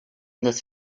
this